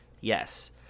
Yes